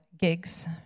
gigs